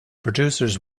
producers